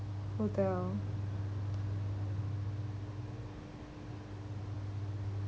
hotel